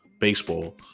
baseball